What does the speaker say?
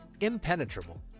impenetrable